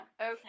Okay